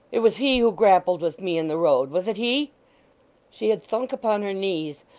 it was he who grappled with me in the road. was it he she had sunk upon her knees,